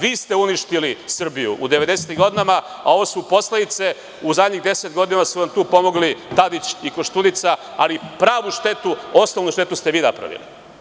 Vi ste uništili Srbiju u devedesetim godinama, a ovo su posledice u zadnjih deset godina jer su vam tu pomogli Tadić i Koštunica ali pravu štetu, osnovnu štetu, ste vi napravili.